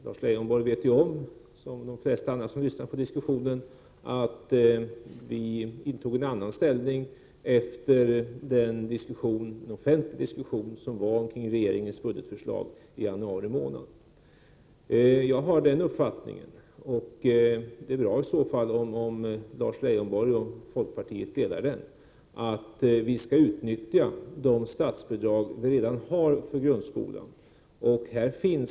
Lars Leijonborg vet ju om, liksom de flesta andra som lyssnar på diskussionen, att vi intog en annan ställning efter den offentliga diskussion som skedde kring regeringens budgetförslag i januari månad. Jag har den uppfattningen — och det är bra om Lars Leijonborg och folkpartiet delar den — att vi skall utnyttja de statsbidrag vi redan har för grundskolan.